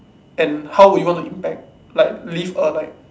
and how would you wanna impact like leave a like